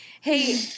Hey